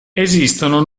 esistono